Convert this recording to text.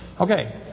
Okay